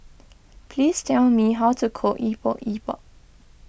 please tell me how to cook Epok Epok